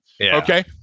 Okay